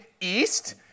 east